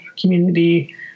community